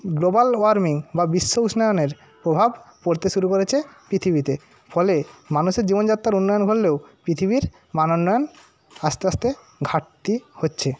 global warming বা বিশ্ব উষ্ণায়নের প্রভাব পড়তে শুরু করেছে পৃথিবীতে ফলে মানুষের জীবনযাত্রার উন্নয়ন হলেও পৃথিবীর মান উন্নয়ন আস্তে আস্তে ঘাটতি হচ্ছে